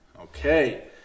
okay